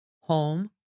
home